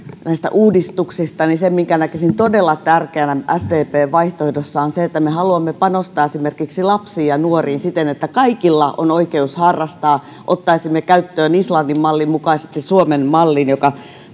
näistä uudistuksista niin se minkä näkisin todella tärkeänä sdpn vaihtoehdossa on se että me haluamme panostaa esimerkiksi lapsiin ja nuoriin siten että kaikilla on oikeus harrastaa ottaisimme käyttöön islannin mallin mukaisesti suomen mallin joka